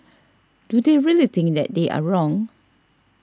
do they really think that they are wrong